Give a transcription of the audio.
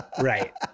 Right